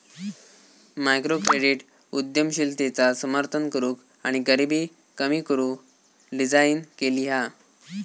microcredit उद्यमशीलतेचा समर्थन करूक आणि गरीबी कमी करू डिझाईन केली हा